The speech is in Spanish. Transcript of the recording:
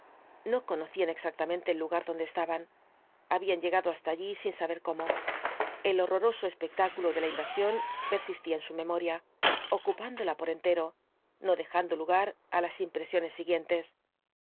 no conocían exactamente el lugar donde estaban abían llegado hasta allí sin saber cómo el horroroso espectáculo de la invasión persistía en su memoria ocupándola por entero no dejando lugar á las impresiones siguientes